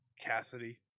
Cassidy